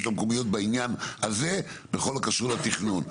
המקומיות בעניין הזה בכל הקשור לתכנון.